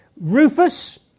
Rufus